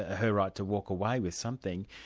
ah her right to walk away with something,